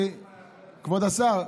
כבוד השר,